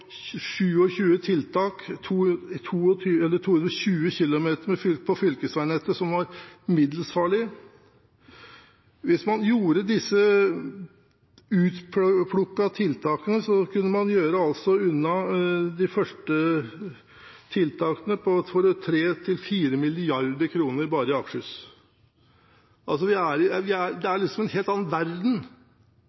78 tiltak over til sammen 90 km, hvor det var ekstremt farlig, og 127 tiltak over 220 km på fylkesveinettet, som var middels farlig. Hvis man gjennomførte disse utplukkede tiltakene, kunne man gjøre de første tiltakene for 3–4 mrd. kr bare i Akershus. Det er altså en helt annen verden.